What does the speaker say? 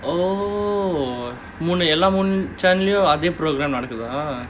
oh மூணு எல்லா மூணு:moonu ellaa moonu channel ளையும் அதே:laiyum athae programme நடக்குதா:nadakkuthaa